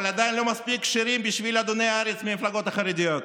אבל עדיין לא מספיק כשרים בשביל אדוני הארץ מהמפלגות החרדיות.